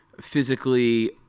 physically